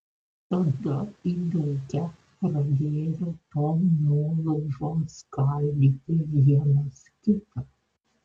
tada įdūkę pradėjo tom nuolaužom skaldyti vienas kitą